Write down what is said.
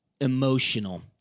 Emotional